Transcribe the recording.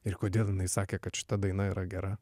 ir kodėl jinai sakė kad šita daina yra gera